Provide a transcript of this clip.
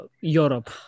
Europe